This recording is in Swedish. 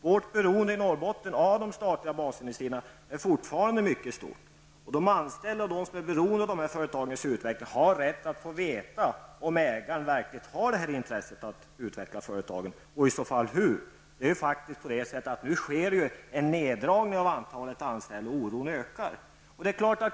Norrbottens beroende av de statliga basindustrierna är fortfarande mycket stort. De anställda och de som är beroende av dessa företags utveckling har rätt att få veta om ägaren verkligen har intresset att utveckla företagen och i så fall hur. Nu sker faktiskt en neddragning av antalet anställda, och oron ökar.